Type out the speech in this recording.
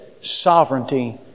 sovereignty